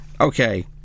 Okay